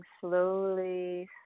slowly